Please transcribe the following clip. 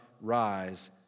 rise